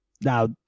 Now